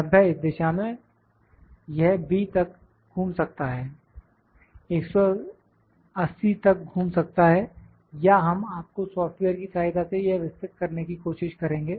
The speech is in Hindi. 90 इस दिशा में यह B तक घूम सकता है 180 तक घूम सकता है या हम आपको सॉफ्टवेयर की सहायता से यह विस्तृत करने की कोशिश करेंगे